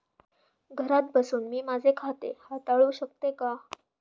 घरात बसून मी माझे खाते हाताळू शकते का?